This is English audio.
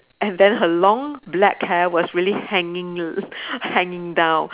and then her long black hair was really hanging l~ hanging down